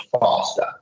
faster